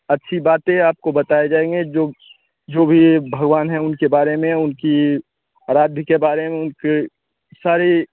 अच्छी बातें आपको बताई जाएँगी जो जो भी भगवान है उनके बारें में उनकी आराध्य के बारे में उनकी सारी